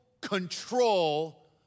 control